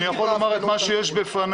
אני יכול לומר את מה שיש בפניי.